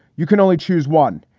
you can only choose one.